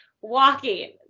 walking